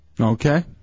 Okay